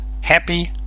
happy